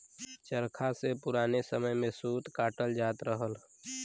चरखा से पुराने समय में सूत कातल जात रहल